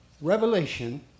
revelation